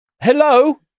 hello